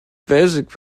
basic